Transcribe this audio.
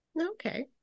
okay